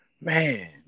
man